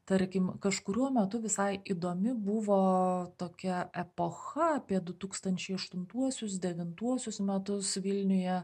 tarkim kažkuriuo metu visai įdomi buvo tokia epocha apie du tūkstančiai aštuntuosius devintuosius metus vilniuje